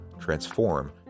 Transform